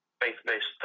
faith-based